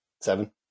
Seven